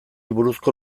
buruzko